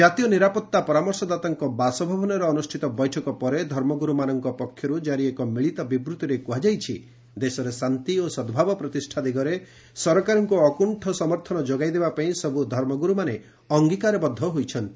ଜାତୀୟ ନିରାପତ୍ତା ପରାମର୍ଶଦାତାଙ୍କ ବାସଭବନରେ ଅନୁଷ୍ଠିତ ବୈଠକ ପରେ ଧର୍ମଗୁରୁମାନଙ୍କ ପକ୍ଷରୁ କାରି ଏକ ମିଳିତ ବିବୃତ୍ତିରେ କୁହାଯାଇଛି ଦେଶରେ ଶାନ୍ତି ଓ ସଦ୍ଭାବ ପ୍ରତିଷ୍ଠା ଦିଗରେ ସରକାରଙ୍କ ଅକ୍ରଣ୍ଣ ସମର୍ଥନ ଯୋଗାଇ ଦେବାପାଇଁ ସବ୍ ଧର୍ମଗ୍ରର୍ମାନେ ଅଙ୍ଗୀକାରବଦ୍ଧ ହୋଇଛନ୍ତି